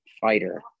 fighter